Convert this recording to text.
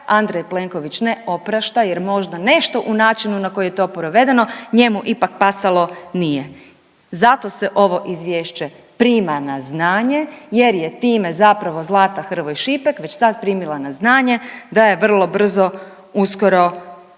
Andrej Plenković ne oprašta jer možda nešto u načinu na koji je to provedeno njemu ipak pasalo nije. Zato se ovo izvješće prima na znanje jer je time zapravo Zlata Hrvoj Šipek već sad primila na znanje da je vrlo brzo uskoro